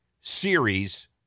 series